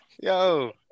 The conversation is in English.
Yo